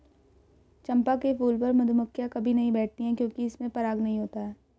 चंपा के फूल पर मधुमक्खियां कभी नहीं बैठती हैं क्योंकि इसमें पराग नहीं होता है